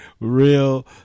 Real